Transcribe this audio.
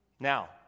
Now